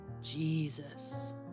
Jesus